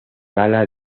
gala